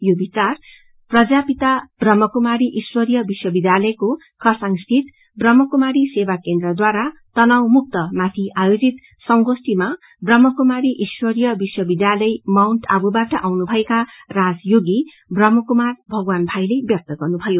यो विचार प्रजापिता ब्रम्हा कुमारी हश्वरीय विश्व विध्यालयको खरसाङ सिति ब्रम्हा कुमारी सेवा केन्द्रद्वारा तनाव मुक्त माथि आयोजित संगोष्ठीमा ब्रम्हा कुमारी इश्वरीय विश्व विध्यासलय माउन्ट आबु बाट आउनु भएका राजयोगी ब्रम्हा कुमार भगवान भाईले व्यक्त र्गुभयो